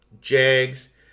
Jags